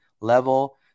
level